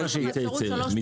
יש לך אפשרות לבחור